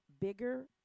Bigger